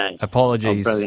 apologies